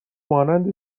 مانند